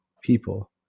people